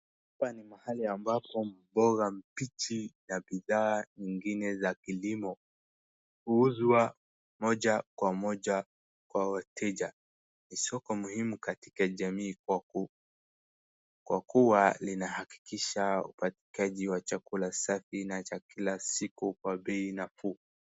Hapa ni mahali ambapo mboga mbichi na bidhaa nyingine za kilimo huuzwa moja kwa moja kwa wateja. Ni soko muhimu katika jamii kwa kuwa inahakikisha upatikanaji wa chakula safi na cha kila siku kwa bei nafuu.